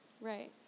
Right